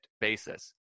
basis